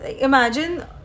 Imagine